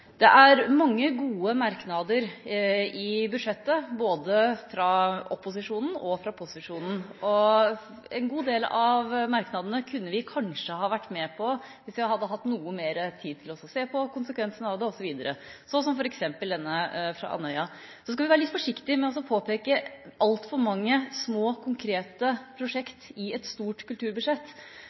Det er mange gode merknader i forbindelse med budsjettet, både fra opposisjonen og fra posisjonen, og en god del av merknadene kunne vi kanskje ha vært med på hvis vi hadde hatt noe mer tid til å se på konsekvensene av det osv., sånn som f.eks. denne om Andøya. Så skal vi være litt forsiktige med å peke på altfor mange små, konkrete prosjekter i et stort kulturbudsjett,